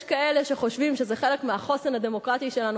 יש כאלה שחושבים שזה חלק מהחוסן הדמוקרטי שלנו.